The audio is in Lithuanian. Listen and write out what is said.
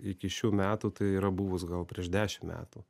iki šių metų tai yra buvus gal prieš dešimt metų